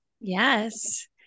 Yes